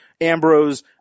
Ambrose